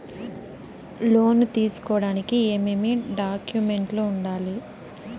లోను తీసుకోడానికి ఏమేమి డాక్యుమెంట్లు ఉండాలి